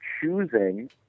choosing